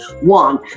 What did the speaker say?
One